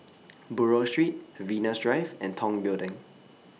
Buroh Street Venus Drive and Tong Building